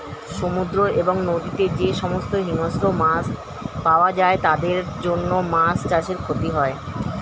সমুদ্র এবং নদীতে যে সমস্ত হিংস্র মাছ পাওয়া যায় তাদের জন্য মাছ চাষে ক্ষতি হয়